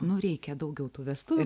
nu reikia daugiau tų vestuvių